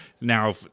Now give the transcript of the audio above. Now